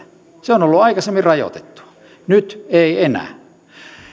se on ollut aikaisemmin rajoitettua nyt ei enää